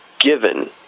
given